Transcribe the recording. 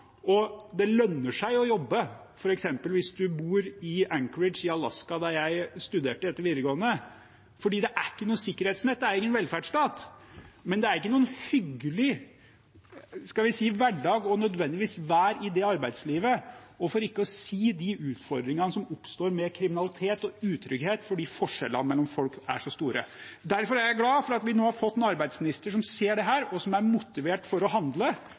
og det lønner seg å jobbe – f.eks. hvis man bor i Anchorage i Alaska, der jeg studerte etter videregående – for det er ikke noe sikkerhetsnett, det er ingen velferdsstat. Men det er ikke nødvendigvis noen hyggelig hverdag å være i det arbeidslivet, for ikke å si i de utfordringene som oppstår med kriminalitet og utrygghet fordi forskjellene mellom folk er så store. Derfor er jeg glad for at vi nå har fått en arbeidsminister som ser dette, og som er motivert for å handle.